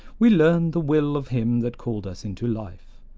we learn the will of him that called us into life.